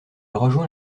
rejoint